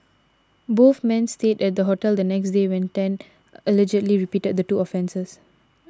both men stayed at the hotel the next day when Tan allegedly repeated the two offences